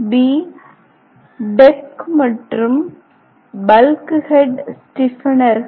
ஆ deck மற்றும் bulkhead ஸ்டிஃபெனர்கள்